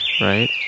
right